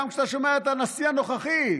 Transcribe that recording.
גם כשאתה שומע את הנשיא הנוכחי,